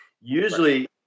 Usually